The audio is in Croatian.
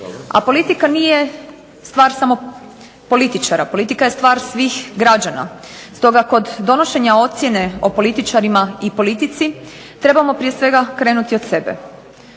A politika nije stvar samo političara. Politika je stvar svih građana. Stoga kod donošenja ocjene o političarima i politici trebamo prije svega krenuti od sebe.